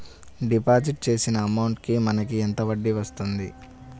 Deposit చేసిన amount కి మనకి ఎంత వడ్డీ వస్తుంది?